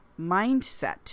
mindset